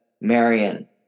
Marion